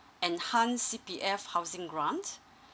enhance C_P_F housing grant